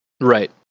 Right